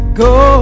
go